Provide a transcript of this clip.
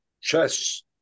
chess